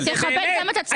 תכבד גם את עצמך.